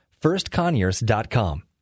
firstconyers.com